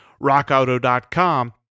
rockauto.com